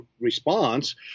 response